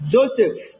Joseph